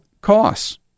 costs